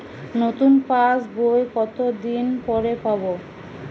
নতুন passbook কত দিন পরে পাবো?